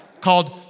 called